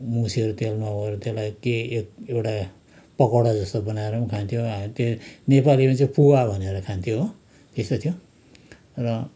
मुछेर तेलमा त्यलसाई के एउटा पकौडा जस्तो बनाएर पनि खान्थ्यौँ हामी त्यो नेपालीमा चाहिँ पुवा भनेर खान्थ्यो हो त्यस्तो थियो र